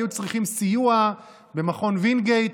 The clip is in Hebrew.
הם היו צריכים סיוע במכון וינגייט.